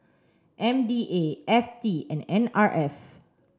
M D A F T and N R F